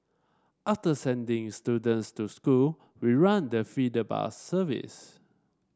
after sending students to school we run the feeder bus service